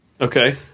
Okay